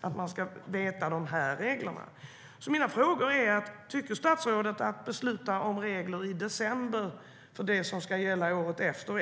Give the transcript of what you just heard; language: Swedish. att man inte vet reglerna när man planerar. Mina frågor är: Tycker statsrådet att det är okej att besluta om regler i december för det som ska gälla året efter?